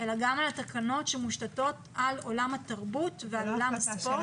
אלא גם על התקנות שמושתתות על עולם התרבות ועל עולם הספורט.